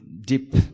deep